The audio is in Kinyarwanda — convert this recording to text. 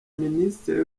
ministre